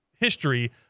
history